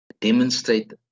demonstrate